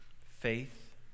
Faith